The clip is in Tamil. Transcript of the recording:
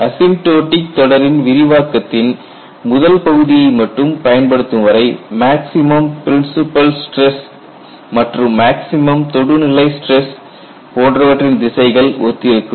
அசிம்பட்டோடிக் தொடரின் விரிவாக்கத்தின் முதல் பகுதியை மட்டும் பயன்படுத்தும் வரை மேக்ஸிமம் பிரின்ஸ்பல் ஸ்டிரஸ் மற்றும் மேக்ஸிமம் தொடுநிலை ஸ்டிரஸ் போன்றவற்றின் திசைகள் ஒத்திருக்கும்